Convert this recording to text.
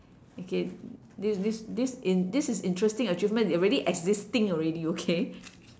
okay this this this in this is interesting achievement already existing already okay